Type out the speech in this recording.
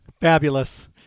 fabulous